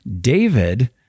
David